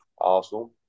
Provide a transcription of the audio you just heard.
Arsenal